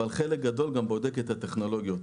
אבל חלק גדול גם בודק את הטכנולוגיות.